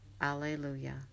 Alleluia